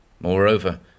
Moreover